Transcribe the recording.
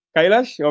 Kailash